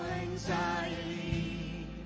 anxiety